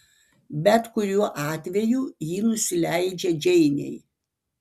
bet kuriuo atveju ji nusileidžia džeinei